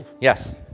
yes